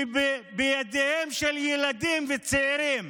שבידיהם של ילדים וצעירים